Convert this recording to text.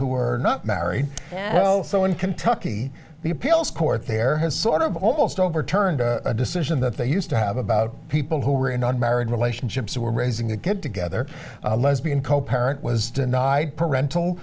who are not married and also in kentucky the appeals court there has sort of almost overturned a decision that they used to have about people who are in on marriage relationships who are raising that get together lesbian co parent was denied parental